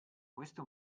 questo